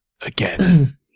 again